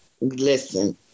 Listen